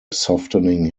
softening